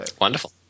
Wonderful